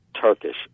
Turkish